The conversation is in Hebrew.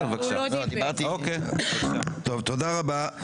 תודה רבה.